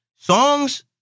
songs